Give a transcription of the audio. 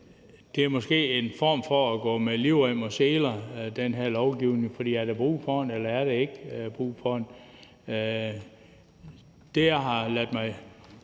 er en form for at gå med livrem og seler, for er der brug for den, eller er der ikke brug for den?